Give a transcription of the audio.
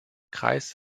kreis